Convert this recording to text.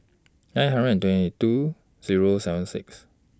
nine hundred and twenty two Zero seven six